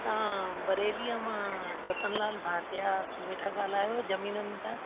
तव्हां बरेलीअ मां रतन लाल भाटिया वेठा ॻाल्हायो ज़मीनुनि तां